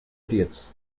idiots